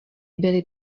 byly